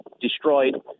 destroyed